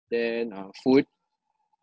then uh food